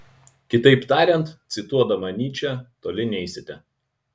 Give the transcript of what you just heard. kitaip tariant cituodama nyčę toli neisite